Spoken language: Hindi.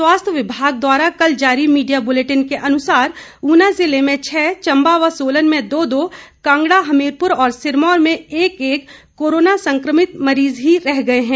स्वास्थ्य विभाग द्वारा कल जारी मीडिया बुलेटिन के अनुसार ऊना जिला में छह चंबा व सोलन में दो दो कांगड़ा हमीरपुर और सिरमौर में एक एक कोरोना संक्रमित मरीज ही रह गए हैं